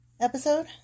episode